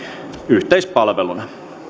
yhteispalveluna